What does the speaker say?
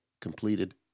completed